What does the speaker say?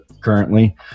currently